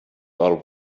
are